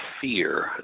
fear